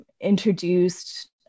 introduced